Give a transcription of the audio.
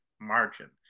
margin